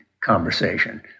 conversation